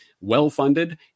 well-funded